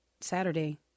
Saturday